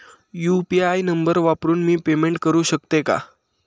UPI number वापरून मी payment करू शकते का?